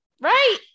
right